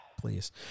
please